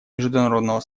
международного